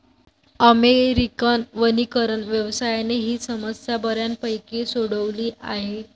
American वनीकरण व्यवसायाने ही समस्या बऱ्यापैकी सोडवली आहे